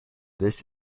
this